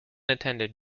attended